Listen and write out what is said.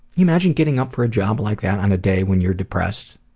imagine getting up for a job like that on a day when you're depressed.